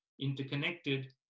interconnected